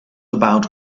about